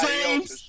James